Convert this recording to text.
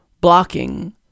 blocking